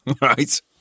right